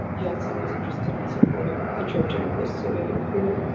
yeltsin was interested in supporting the church in the post-soviet period.